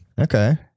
Okay